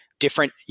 different